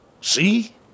see